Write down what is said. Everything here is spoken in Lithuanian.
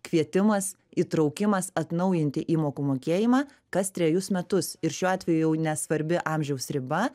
kvietimas įtraukimas atnaujinti įmokų mokėjimą kas trejus metus ir šiuo atveju jau nesvarbi amžiaus riba